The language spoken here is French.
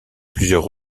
plusieurs